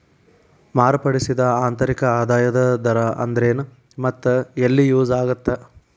ಮಾರ್ಪಡಿಸಿದ ಆಂತರಿಕ ಆದಾಯದ ದರ ಅಂದ್ರೆನ್ ಮತ್ತ ಎಲ್ಲಿ ಯೂಸ್ ಆಗತ್ತಾ